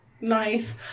Nice